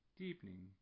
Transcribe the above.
deepening